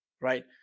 right